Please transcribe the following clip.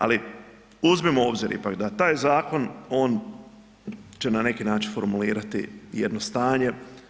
Ali uzmimo u obzir ipak da taj zakon on će na neki način formulirati jedno stanje.